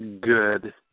good